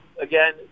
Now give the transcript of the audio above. again